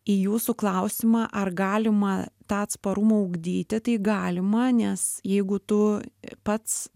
į jūsų klausimą ar galima tą atsparumą ugdyti tai galima nes jeigu tu pats